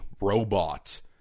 robot